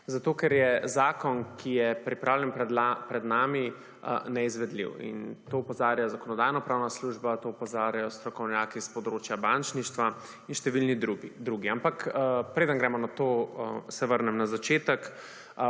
Zato, ker je zakon, ki je pripravljen pred nami, neizvedljiv in to opozarja Zakonodajno-pravna služba, to opozarjajo strokovnjaki s področja bančništva in številni drugi. Ampak preden gremo na to, se vrnem na začetek,